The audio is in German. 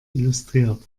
illustriert